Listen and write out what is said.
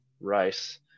rice